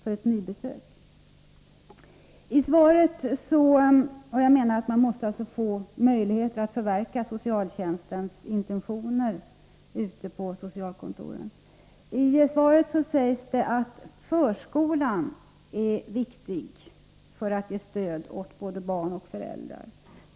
Under sådana förhållanden har man inte möjlighet att fullfölja socialtjänstlagens intentioner. I svaret sägs att en plats på förskolan är ett viktigt stöd åt både barn och föräldrar.